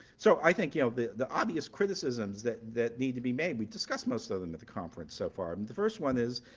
so i think yeah the the obvious criticisms that that need to be made we discussed most of them in the conference so far and the first one is,